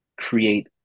create